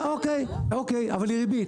אוקיי, אבל היא ריבית.